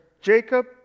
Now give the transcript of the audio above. Jacob